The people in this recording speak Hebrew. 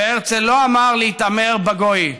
והרצל לא אמר להתעמר בגוי,